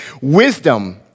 Wisdom